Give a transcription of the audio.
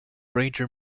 ranger